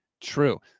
true